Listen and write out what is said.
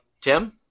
Tim